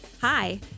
Hi